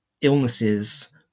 illnesses